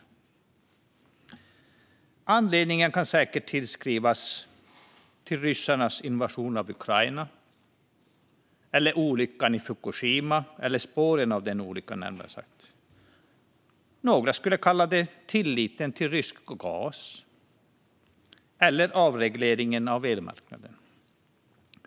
Anledningen kan säkert tillskrivas ryssarnas invasion av Ukraina, eller olyckan i Fukushima, eller närmare sagt spåren av den olyckan. Några skulle säga att det beror på tilliten till rysk gas eller avregleringen av elmarknaden.